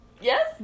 Yes